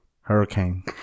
hurricane